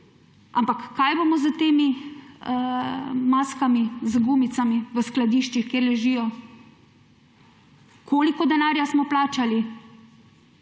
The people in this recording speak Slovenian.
Ampak kaj bomo s temi maskami, z gumicami v skladiščih, kjer ležijo? Koliko denarja smo plačali?